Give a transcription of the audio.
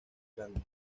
grande